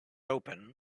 open